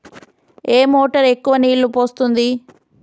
ఏ motor ఎక్కువ నీళ్లు పోస్తుంది?